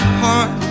heart